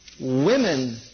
Women